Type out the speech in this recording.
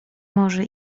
może